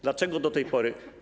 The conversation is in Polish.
Dlaczego do tej pory.